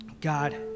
God